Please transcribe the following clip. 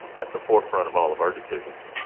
at the forefront of all of our decisions,